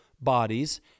bodies